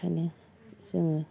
ओंखायनो जोङो